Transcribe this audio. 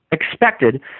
Expected